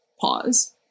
pause